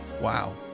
Wow